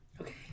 Okay